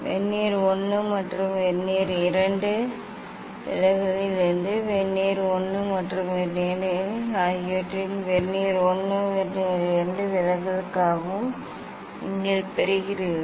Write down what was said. vernier 1 மற்றும் vernier 2 விலகலில் இருந்து வெர்னியர் 1 மற்றும் வெர்னியர் 2 விலகல் ஆகியவற்றிலிருந்து வெர்னியர் 1 மற்றும் வெர்னியர் 2 விலகலுக்காகவும் நீங்கள் பெறுகிறீர்கள்